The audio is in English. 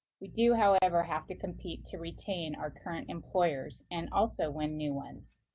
we do, however, have to compete to retain our current employers and also win new ones.